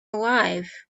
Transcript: alive